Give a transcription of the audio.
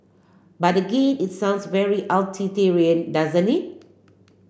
but again it sounds very utilitarian doesn't it